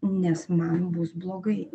nes man bus blogai